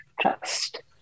trust